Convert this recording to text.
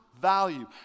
value